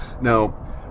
now